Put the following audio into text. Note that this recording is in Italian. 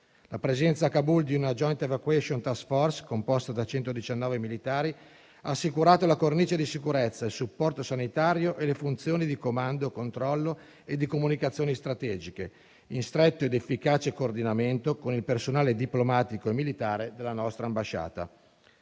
La presenza a Kabul di una *joint evacuation task force*, composta da 119 militari, ha assicurato la cornice di sicurezza, il supporto sanitario e le funzioni di comando, controllo e comunicazioni strategiche, in stretto ed efficace coordinamento con il personale diplomatico e militare della nostra ambasciata.